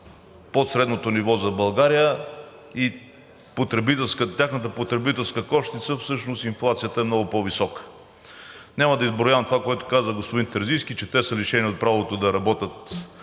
под средното ниво за България и за тяхната потребителска кошница всъщност инфлацията е много по-висока. Няма да изброявам това, което каза господин Терзийски, че те са лишени от правото да работят